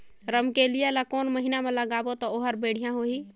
रमकेलिया ला कोन महीना मा लगाबो ता ओहार बेडिया होही?